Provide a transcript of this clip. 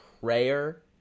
prayer